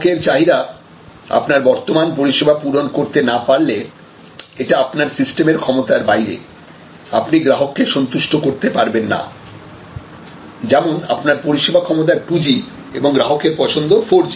গ্রাহকের চাহিদা আপনার বর্তমান পরিষেবা পূরণ করতে না পারলে এটা আপনার সিস্টেমের ক্ষমতার বাইরে আপনি গ্রাহককে সন্তুষ্ট করতে পারবেন না যেমন আপনার পরিষেবা ক্ষমতা টুজি এবং গ্রাহকের পছন্দ 4G